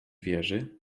wierzy